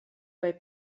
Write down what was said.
bei